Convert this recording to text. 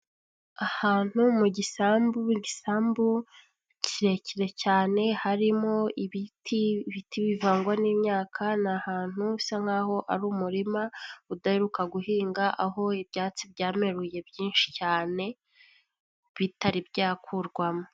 Ahantu mu gisambu igisambu kirekire cyane harimo ibiti, ibiti bivangwa n'imyaka ni ahantu bisa nk'aho ari umurima udaheruka guhinga, aho ibyatsi byameruye byinshi cyane bitari byakurwamo.